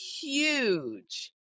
huge